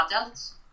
adults